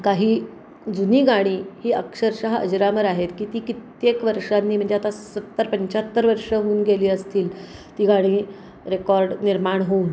काही जुनी गाणी ही अक्षरशः अजरामर आहेत की ती कित्येक वर्षांनी म्हणजे आता सत्तर पंच्याहत्तर वर्षं होऊन गेली असतील ती गाणी रेकॉर्ड निर्माण होऊन